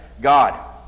God